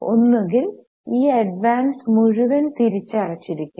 ഒന്നുകിൽ ഈ അഡ്വാൻസ് മുഴുവൻ തിരിച്ച അടച്ചിരിക്കും